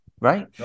Right